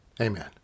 Amen